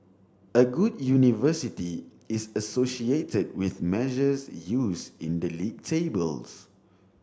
a good university is associated with measures used in the league tables